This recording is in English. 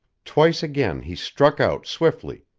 twice again he struck out swiftly,